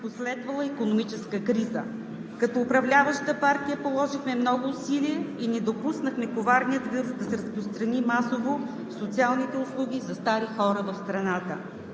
последвала икономическа криза. Като управляваща партия положихме много усилия и не допуснахме коварният вирус да се разпространи масово в социалните услуги за стари хора в страната.